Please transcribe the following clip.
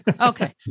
Okay